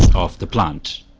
the plunge